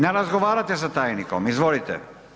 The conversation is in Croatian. Ne razgovarate sa tajnikom, izvolite.